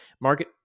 market